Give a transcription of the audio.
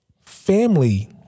family